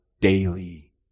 daily